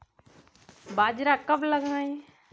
बाजरा कब लगाएँ?